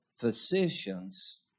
physicians